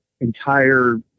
entire